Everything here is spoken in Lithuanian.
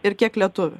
ir kiek lietuvį